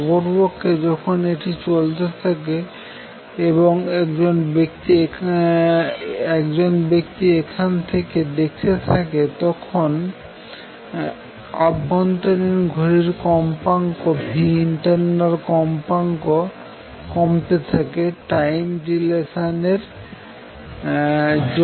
অপরপক্ষে যখন এটি চলতে থাকে এবং একজন ব্যক্তি এখান থেকে দেখতে থাকে তখন আভ্যন্তরীণ ঘড়ির কম্পাঙ্ক internal কম্পাঙ্ক কমতে থাকে টাইম ডিলেশান এর জন্য